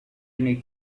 need